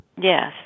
Yes